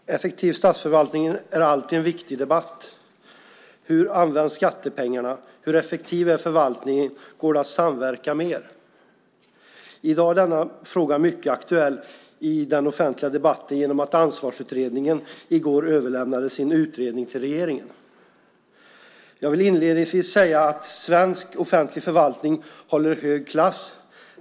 Fru talman! Effektiv statsförvaltning är alltid en viktig debatt. Hur används skattepengarna? Hur effektiv är förvaltningen? Går det att samverka mer? I dag är denna fråga mycket aktuell i den offentliga debatten genom att Ansvarsutredningen i går överlämnande sin utredning till regeringen. Jag vill inledningsvis säga att svensk offentlig förvaltning håller hög klass.